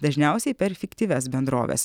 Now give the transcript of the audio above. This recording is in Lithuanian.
dažniausiai per fiktyvias bendroves